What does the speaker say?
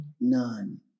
none